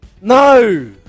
No